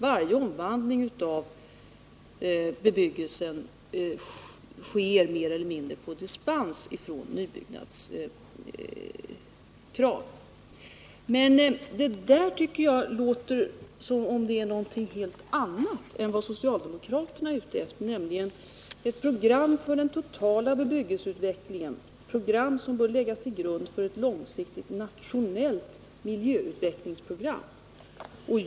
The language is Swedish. Varje omvandling av bebyggelsen sker mer eller mindre på dispens Men det där tycker jag låter som om det är något helt annat än vad socialdemokraterna är ute efter, nämligen ett program för den totala bebyggelseutvecklingen, ett program som enligt deras mening bör läggas till grund för ett långsiktigt nationellt miljöutvecklingsprogram.